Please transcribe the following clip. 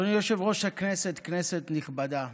אדוני יושב-ראש הכנסת, כנסת נכבדה,